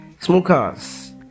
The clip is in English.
smokers